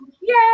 Yay